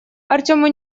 артёму